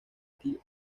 tel